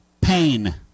pain